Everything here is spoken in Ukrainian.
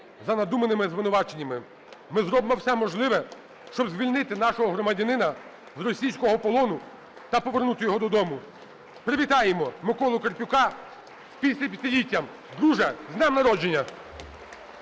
за надуманими звинуваченнями. Ми зробимо все можливе, щоб звільнити нашого громадянина з російського полону та повернути його додому. Привітаємо Миколу Карпюка з 55-літтям. Друже, з днем народження!